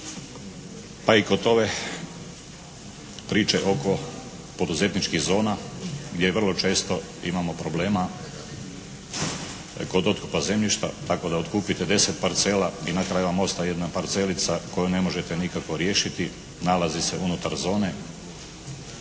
Pa i kod ove priče oko poduzetničkih zona gdje vrlo često imamo problema kod otkupa zemljišta tako da otkupite 10 parcela i na kraju vam ostaje jedna parcelica koju ne možete nikako riješiti. Nalazi se unutar zone.